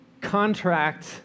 contract